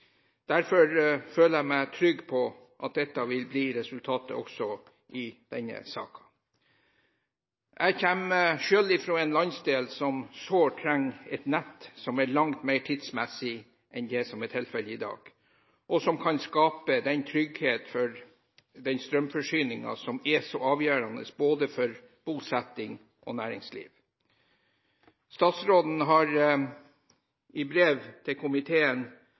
Derfor føler jeg meg trygg på at dette vil bli resultatet også i denne saken. Jeg kommer selv fra en landsdel som sårt trenger et nett som er langt mer tidsmessig enn i dag, og som kan skape trygghet for den strømforsyningen som er så avgjørende for både bosetting og næringsliv. Statsråden har i brev til komiteen